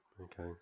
Okay